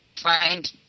find